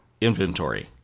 Inventory